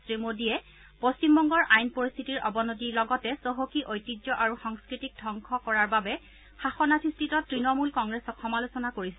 শ্ৰী মোডীয়ে পশ্চিমবংগৰ আইন পৰিস্থিতিৰ অৱনতিৰ লগতে চহকী ঐতিহ্য আৰু সংস্কৃতিক ধবংস কৰাৰ বাবে শাসনাধিষ্ঠিত তৃণমূল কংগ্ৰেছক সমালোচনা কৰিছে